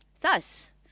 Thus